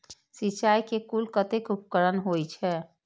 सिंचाई के कुल कतेक उपकरण होई छै?